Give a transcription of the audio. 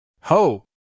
Ho